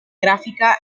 grafica